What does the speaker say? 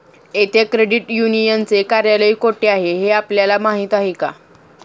येथे क्रेडिट युनियनचे कार्यालय कोठे आहे हे आपल्याला माहित आहे का?